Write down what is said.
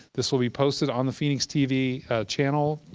this will be posted on the phxtv channel,